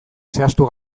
zehaztu